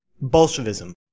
Bolshevism